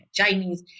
Chinese